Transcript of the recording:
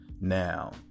now